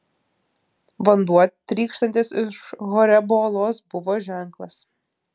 vanduo trykštantis iš horebo uolos buvo ženklas